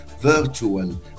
virtual